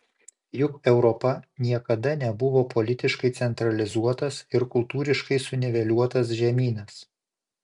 juk europa niekada nebuvo politiškai centralizuotas ir kultūriškai suniveliuotas žemynas